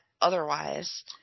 otherwise